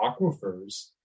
aquifers